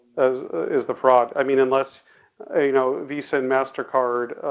ah is the fraud. i mean unless you know visa and mastercard,